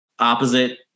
opposite